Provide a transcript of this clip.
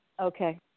Okay